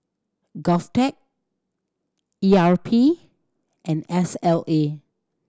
GovTech E R P and S L A